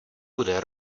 bude